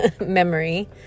memory